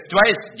Twice